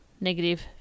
negative